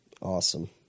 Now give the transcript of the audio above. awesome